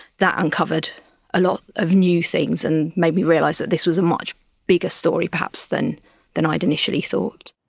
that uncovered a lot of new things and made me realise that this was a much bigger story perhaps than than i had initially thought.